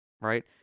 Right